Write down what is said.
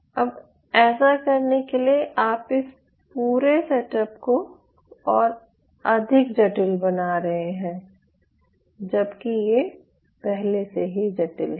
अब ऐसा करने के लिए आप इस पूरे सेटअप को और अधिक जटिल बना रहे हैं जबकि ये पहले से ही जटिल है